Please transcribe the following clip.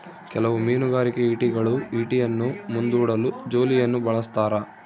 ಕೆಲವು ಮೀನುಗಾರಿಕೆ ಈಟಿಗಳು ಈಟಿಯನ್ನು ಮುಂದೂಡಲು ಜೋಲಿಯನ್ನು ಬಳಸ್ತಾರ